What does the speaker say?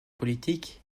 politique